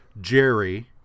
Jerry